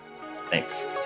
Thanks